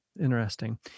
Interesting